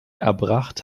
erbracht